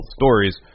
stories